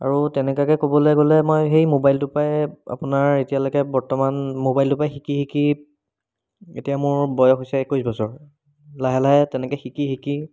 আৰু তেনেকুৱাকৈ ক'বলৈ গ'লে মই সেই মোবাইলটো পৰাই আপোনাৰ এতিয়ালৈকে বৰ্তমান মোবাইলটো পাই শিকি শিকি এতিয়া মোৰ বয়স হৈছে একৈছ বছৰ লাহে লাহে তেনেকৈ শিকি শিকি